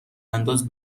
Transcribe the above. انداز